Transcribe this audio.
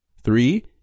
Three